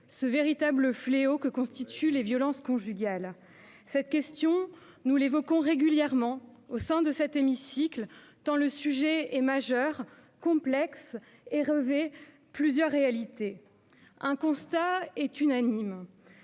ce véritable fléau que constituent les violences conjugales ? Cette question, nous l'évoquons régulièrement au sein de cet hémicycle, tant le sujet est majeur, complexe et revêt plusieurs réalités. Le constat est unanime